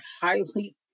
highly